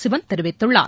சிவன் தெரிவித்துள்ளார்